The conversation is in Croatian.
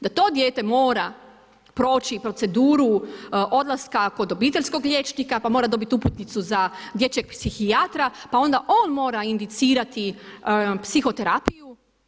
Da to dijete proći proceduru odlaska kod obiteljskog liječnika pa mora dobiti uputnicu za dječjeg psihijatra pa onda on mora indicirati psihoterapiju.